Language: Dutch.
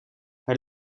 hij